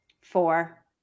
four